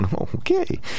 Okay